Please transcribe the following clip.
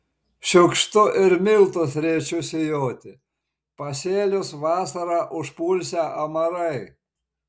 šiukštu ir miltus rėčiu sijoti pasėlius vasarą užpulsią amarai